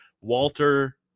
Walter